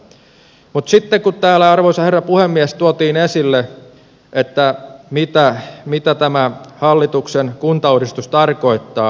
mutta sitten kun täällä arvoisa herra puhemies tuotiin esille se mitä tämä hallituksen kuntauudistus tarkoittaa